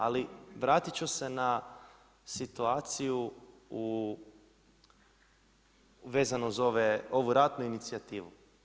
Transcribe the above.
Ali vratit ću se na situaciju vezano za ovu ratnu inicijativu.